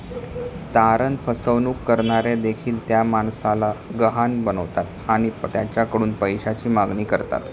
तारण फसवणूक करणारे देखील त्या माणसाला गहाण बनवतात आणि त्याच्याकडून पैशाची मागणी करतात